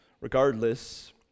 Regardless